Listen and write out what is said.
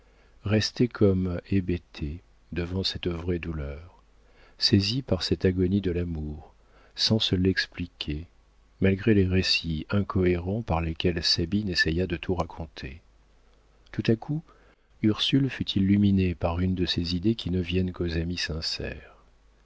flairée restait comme hébétée devant cette vraie douleur saisie par cette agonie de l'amour sans se l'expliquer malgré les récits incohérents par lesquels sabine essaya de tout raconter tout à coup ursule fut illuminée par une de ces idées qui ne viennent qu'aux amies sincères